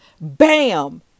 Bam